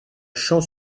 champ